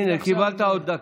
הינה, קיבלת עוד דקה.